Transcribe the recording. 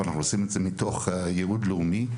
אבל אנחנו עושים את זה מתוך ייעוד לאומי.